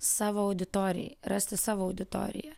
savo auditorijai rasti savo auditoriją